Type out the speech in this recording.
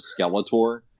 Skeletor